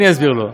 אני אסביר לו.